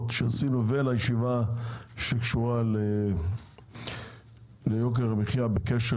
שעשינו ולישיבה שקשורה ליוקר המחיה בקשר